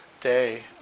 day